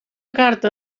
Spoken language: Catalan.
carta